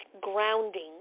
grounding